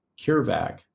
CureVac